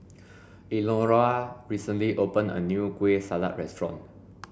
Elnora recently opened a new kueh salat restaurant